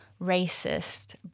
racist